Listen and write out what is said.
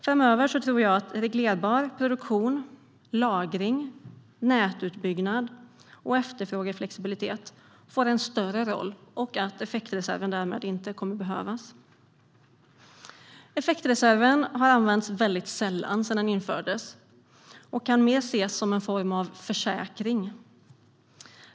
Framöver tror jag att reglerbar produktion, lagring, nätutbyggnad och efterfrågeflexibilitet får en större roll och att effektreserven därmed inte kommer att behövas. Effektreserv 2020--2025 Sedan effektreserven infördes har den använts väldigt sällan och kan mer ses som en form av försäkring.